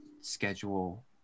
schedule